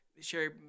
Sherry